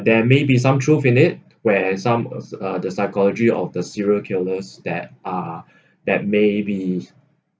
there maybe some truth in it where some uh the psychology of the serial killers that are that maybe